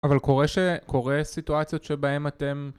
אבל קורה קורה סיטואציות שבהם אתם